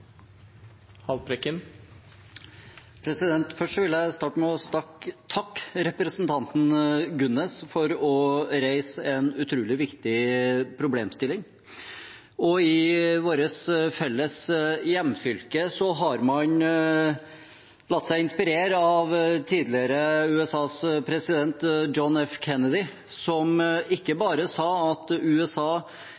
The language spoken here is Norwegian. Gunnes for å reise en utrolig viktig problemstilling. I vårt felles hjemfylke har man latt seg inspirere av tidligere president i USA, John F. Kennedy, som ikke